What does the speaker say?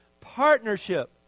partnership